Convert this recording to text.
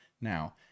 Now